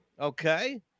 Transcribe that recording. Okay